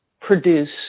produce